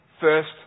first